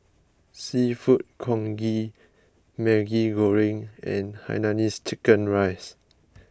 Seafood Congee Maggi Goreng and Hainanese Chicken Rice